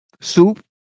soup